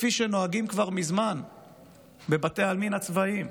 כפי שנוהגים כבר מזמן בבתי העלמין הצבאיים,